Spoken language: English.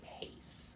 pace